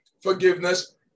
forgiveness